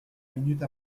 minute